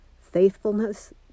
faithfulness